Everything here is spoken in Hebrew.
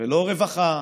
ולא רווחה